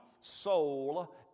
soul